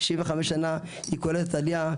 75 שנה היא קולטת עלייה.